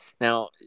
now